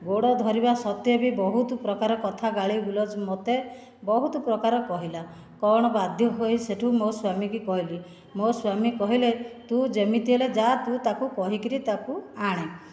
ଗୋଡ଼ ଧରିବା ସତ୍ତ୍ୱେ ବି ବହୁତ ପ୍ରକାର ଗାଳି ଗୁଲଜ ମୋତେ ବହୁତ ପ୍ରକାର କହିଲା କ'ଣ ବାଧ୍ୟ ହୋଇ ସେଠୁ ମୋ ସ୍ୱାମୀଙ୍କୁ କହିଲି ମୋ ସ୍ୱାମୀ କହିଲେ ତୁ ଯେମିତି ହେଲେ ଯା ତୁ ତାକୁ କହିକରି ତାକୁ ଆଣେ